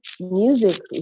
music